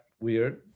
weird